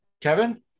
kevin